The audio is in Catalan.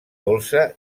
dolça